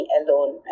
alone